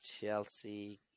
Chelsea